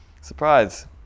Surprise